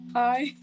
Hi